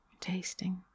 tasting